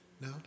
No